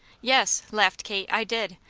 yes, laughed kate, i did.